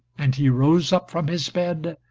and he rose up from his bed,